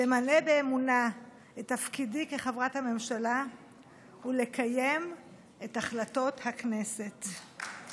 למלא באמונה את תפקידי כחברת הממשלה ולקיים את החלטות הכנסת.